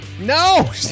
No